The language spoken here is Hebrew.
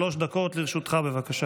שלוש דקות לרשותך, בבקשה.